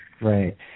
Right